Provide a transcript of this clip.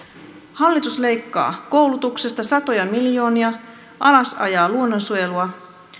hallitus leikkaa koulutuksesta satoja miljoonia alasajaa luonnonsuojelua